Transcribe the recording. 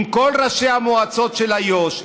עם כל ראשי המועצות של איו"ש,